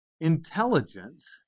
intelligence